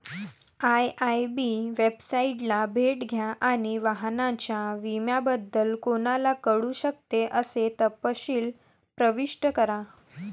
IIB वेबसाइटला भेट द्या आणि वाहनाच्या विम्याबद्दल कोणाला कळू शकेल असे तपशील प्रविष्ट करा